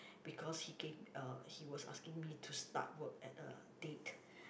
because he gave uh he was asking me to start work at a date